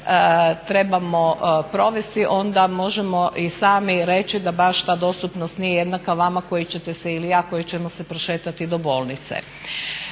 trebamo provesti onda možemo i sami reći da baš ta dostupnost nije jednaka vama koji ćete se ili ja koji ćemo se prošetati do bolnice.